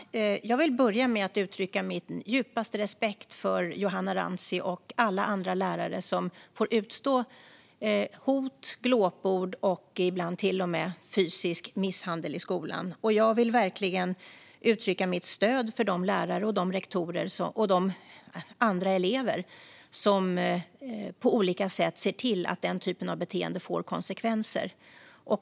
Fru talman! Jag vill börja med att uttrycka min djupaste respekt för Johanna Rantsi och alla andra lärare som får utstå hot, glåpord och ibland till och med fysisk misshandel i skolan. Jag vill verkligen uttrycka mitt stöd för de lärare, rektorer och elever som på olika sätt ser till att den typen av beteende får konsekvenser.